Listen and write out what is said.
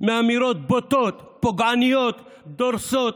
מאמירות בוטות, פוגעניות, דורסות,